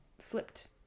flipped